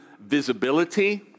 visibility